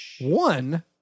one